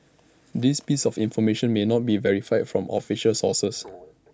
this piece of information may not be verified from official sources